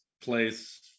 place